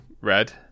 red